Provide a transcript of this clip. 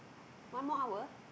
one more hour